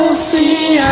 c